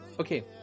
okay